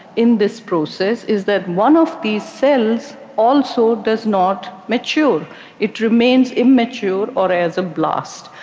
in this process, is that one of these cells also does not mature it remains immature or as a blast.